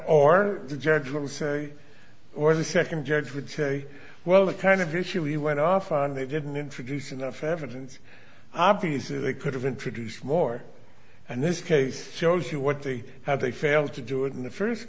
or the judge will say or the second judge would say well the kind of issue he went off on they didn't introduce enough evidence obviously they could have introduced more and this case shows you what the how they failed to do it in the first